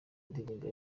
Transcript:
ndirimbo